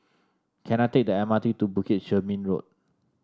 can I take the M R T to Bukit Chermin Road